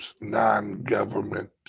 non-government